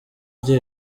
rye